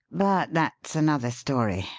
but that's another story,